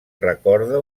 recorda